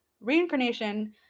reincarnation